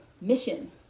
mission